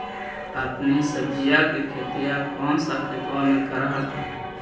अपने सब्जिया के खेतिया कौन सा खेतबा मे कर हखिन?